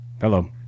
Hello